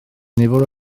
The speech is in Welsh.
nifer